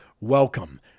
Welcome